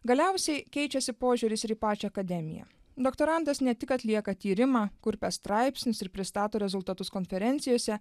galiausiai keičiasi požiūris ir į pačią akademiją doktorantas ne tik atlieka tyrimą kurpia straipsnius ir pristato rezultatus konferencijose